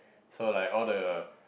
so like all the